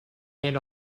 and